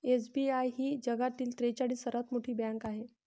SBI ही जगातील त्रेचाळीस सर्वात मोठी बँक आहे